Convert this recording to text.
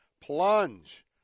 plunge